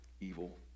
evil